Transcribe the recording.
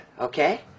okay